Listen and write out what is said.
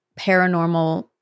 paranormal